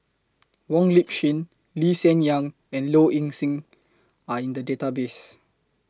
Wong Lip Chin Lee Hsien Yang and Low Ing Sing Are in The Database